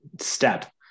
step